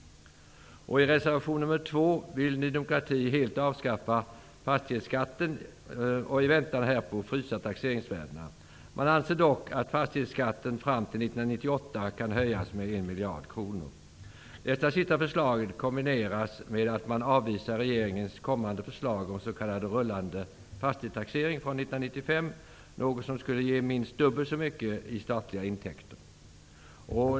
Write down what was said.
I reservation nr 2 vill Ny demokrati helt avskaffa fastighetsskatten och i väntan härpå frysa taxeringsvärdena. Man anser dock att fastighetsskatten fram till 1998 kan höjas med 1 miljard kronor. Det sista förslaget kombineras med att man avvisar regeringens kommande förslag om en s.k. rullande fastighetstaxering från 1995, något som skulle ge minst dubbelt så mycket i statliga intäkter.